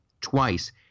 twice